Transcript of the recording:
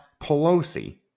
Pelosi